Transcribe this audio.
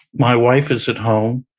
my wife is at home.